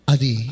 Adi